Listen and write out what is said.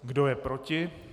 Kdo je proti?